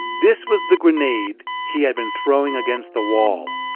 this was the grenade he had been throwing against the wall,